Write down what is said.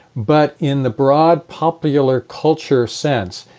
but in the broad popular culture sense,